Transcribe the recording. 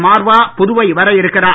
Marwa Puduvai வரவிருக்கிறார்